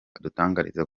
adutangariza